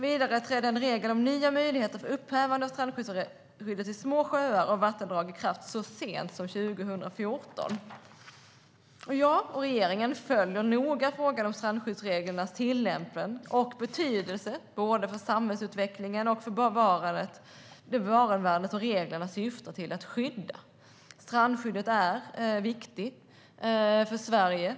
Vidare trädde en regel om nya möjligheter för upphävande av strandskyddet i små sjöar och vattendrag i kraft så sent som 2014. Jag och regeringen följer noga frågan om strandskyddsreglernas tillämpning och betydelse, både för samhällsutvecklingen och för bevarandevärdet som reglerna syftar till att skydda. Strandskyddet är viktigt för Sverige.